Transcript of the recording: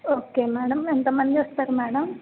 okay madam ఎంతమంది వస్తారు madam